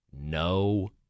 No